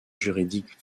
juridique